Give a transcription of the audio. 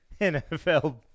NFL